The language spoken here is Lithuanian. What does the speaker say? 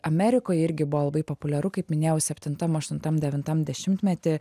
amerikoje irgi buvo labai populiaru kaip minėjau septintam aštuntam devintam dešimtmety